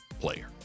player